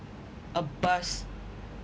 a bus